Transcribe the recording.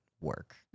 work